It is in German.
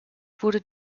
wurde